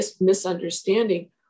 misunderstanding